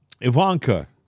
Ivanka